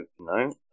no